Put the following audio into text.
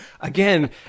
Again